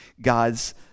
God's